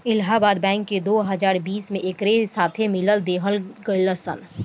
Allahabad bank के दो हजार बीस में एकरे साथे मिला देवल गईलस